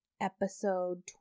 episode